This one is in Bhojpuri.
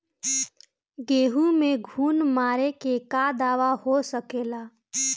गेहूँ में घुन मारे के का दवा हो सकेला?